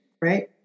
right